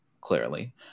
clearly